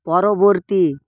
পরবর্তী